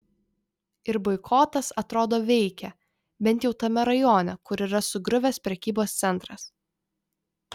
ir boikotas atrodo veikia bent jau tame rajone kur yra sugriuvęs prekybos centras